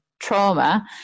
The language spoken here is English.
trauma